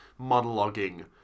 monologuing